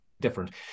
different